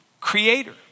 creator